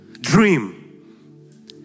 Dream